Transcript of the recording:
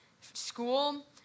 school